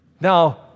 now